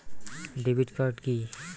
Debit card key?